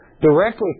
directly